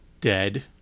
dead